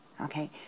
okay